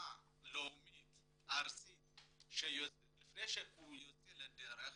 ברמה לאומית ארצית יוצאים לדרך